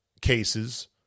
cases